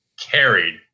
carried